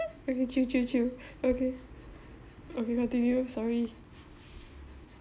okay chill chill chill okay okay continue sorry